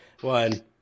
One